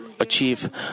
achieve